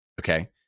Okay